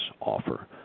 offer